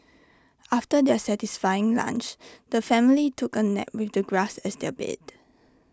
after their satisfying lunch the family took A nap with the grass as their bed